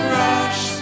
rush